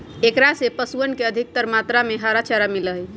एकरा से पशुअन के अधिकतर मात्रा में हरा चारा मिला हई